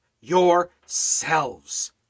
yourselves